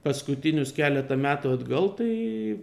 paskutinius keletą metų atgal tai